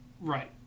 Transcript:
Right